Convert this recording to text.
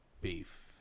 beef